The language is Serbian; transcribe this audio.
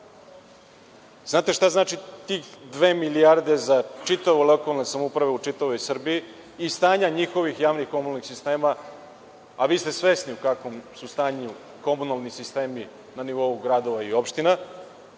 Znate šta znači tih dve milijarde za sve lokalne uprave u čitavoj Srbiji i stanja njihovih javnih komunalnih sistema, a svesni ste u kakvom su stanju komunalni sistemi na nivou gradova i opština,